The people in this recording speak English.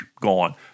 gone